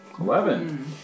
Eleven